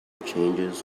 changes